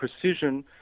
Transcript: precision